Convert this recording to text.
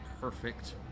perfect